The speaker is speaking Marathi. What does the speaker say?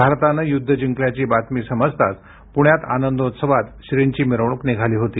भारतानं युद्ध जिंकल्याची बातमी समजताच पुण्यात आनंदोत्सवात श्रींची मिरवणूक निघाली होती